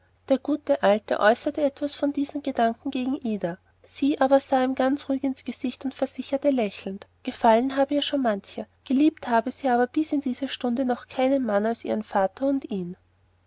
der gute alte äußerte etwas von diesen gedanken gegen ida sie aber sah ihm ganz ruhig ins gesicht und versicherte lächelnd gefallen habe ihr schon mancher geliebt habe sie aber bis diese stunde noch keinen mann als ihren vater und ihn